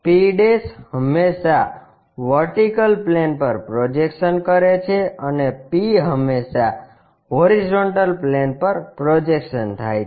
p હંમેશાં VP પર projection કરે છે અને p હમેશાં HP પર પ્રોજેક્શન થાય છે